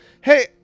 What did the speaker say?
Hey